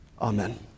amen